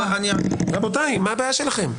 רבותיי, מה הבעיה שלכם?